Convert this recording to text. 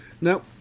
Now